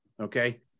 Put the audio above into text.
Okay